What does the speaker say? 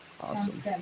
awesome